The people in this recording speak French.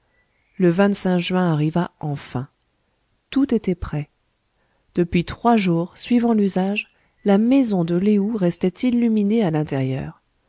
le juin arriva enfin tout était prêt depuis trois jours suivant l'usage la maison de lé ou restait illuminée à l'intérieur